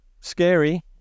scary